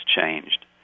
changed